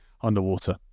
underwater